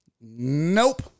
Nope